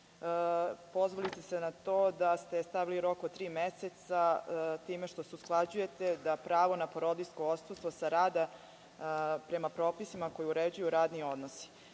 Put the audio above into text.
pozvali ste se na to da ste stavili rok od tri meseca time što se usklađujete da pravo na porodiljsko odsustvo sa rada prema propisima koji uređuju radne odnose.